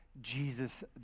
Jesus